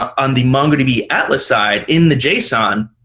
on the mongodb atlas side in the json,